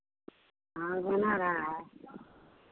हाँ बना रहा है